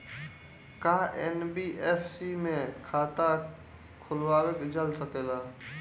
का एन.बी.एफ.सी में खाता खोलवाईल जा सकेला?